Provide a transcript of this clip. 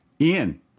Ian